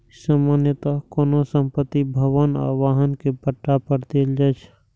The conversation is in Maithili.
सामान्यतः कोनो संपत्ति, भवन आ वाहन कें पट्टा पर देल जाइ छै